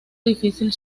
difícil